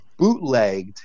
bootlegged